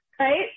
right